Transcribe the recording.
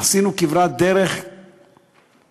עשינו כברת דרך גדולה.